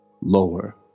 lower